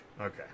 okay